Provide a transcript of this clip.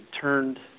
turned